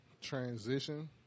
transition